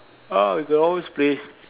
ah we can always play